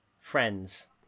Friends